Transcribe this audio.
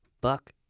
Buck